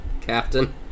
Captain